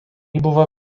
buvo